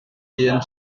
dyn